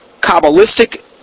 Kabbalistic